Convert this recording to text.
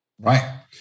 Right